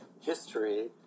history